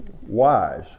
wise